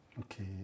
Okay